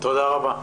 תודה רבה.